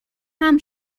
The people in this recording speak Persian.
حمل